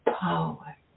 power